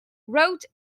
wrote